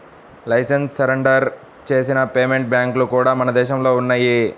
licence surrender చేసిన payment బ్యాంక్లు కూడా మన దేశంలో ఉన్నయ్యి